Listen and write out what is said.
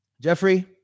Jeffrey